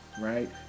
right